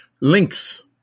Links